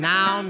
Now